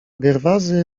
gerwazy